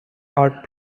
art